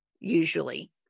usually